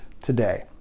today